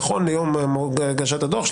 נכון ליום הגשת הדו"ח,